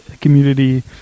community